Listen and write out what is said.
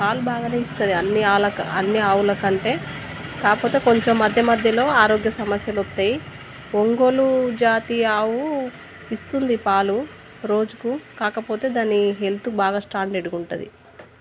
పాలు బాగానే ఇస్తుంది అన్ని ఆవులక అన్ని ఆవులుకంటే కాకపోతే కొంచం మధ్య మధ్యలో ఆరోగ్య సమస్యలు వస్తాయి ఒంగోలు జాతి ఆవు ఇస్తుంది పాలు రోజుకు కాకపోతే దాన్నిహెల్త్ బాగా స్టాండర్డ్గుంటుంది